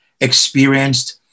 experienced